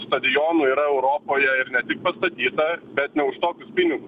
stadionų yra europoje ir ne tik pastatyta bet ne už tokius pinigus